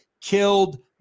killed